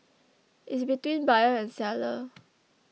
is between buyer and seller